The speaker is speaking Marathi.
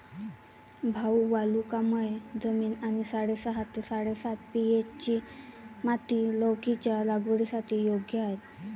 भाऊ वालुकामय जमीन आणि साडेसहा ते साडेसात पी.एच.ची माती लौकीच्या लागवडीसाठी योग्य आहे